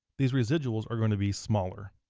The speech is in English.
these residuals are gonna be smaller.